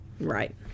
Right